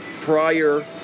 prior